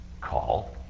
call